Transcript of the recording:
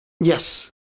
Yes